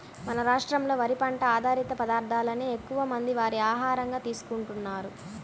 మన రాష్ట్రంలో వరి పంట ఆధారిత పదార్ధాలనే ఎక్కువమంది వారి ఆహారంగా తీసుకుంటున్నారు